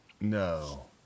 No